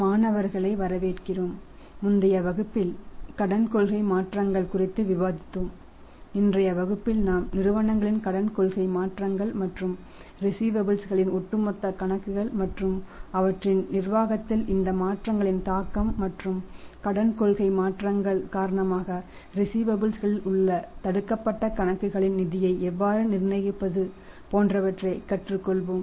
மாணவர்களை வரவேற்கிறோம் முந்தைய வகுப்பில் கடன் கொள்கை மாற்றங்கள் குறித்து விவாதித்தோம் இன்றைய வகுப்பில் நாம் நிறுவனங்களின் கடன் கொள்கை மாற்றங்கள் மற்றும் ரிஸீவபல்ஸ் களில் உள்ள தடுக்கப்பட்ட கணக்குகளின் நிதியை எவ்வாறு நிர்வகிப்பது போன்றவற்றை கற்றுக்கொள்வோம்